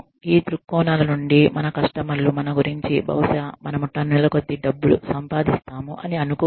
ఈ దృక్కోణాల నుండి మన కస్టమర్లు మన గురించి బహుశా మనము టన్నుల కొద్దీ డబ్బు సంపాదిస్తాము అని అనుకోవచ్చు